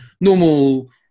normal